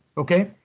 okay?